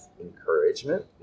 encouragement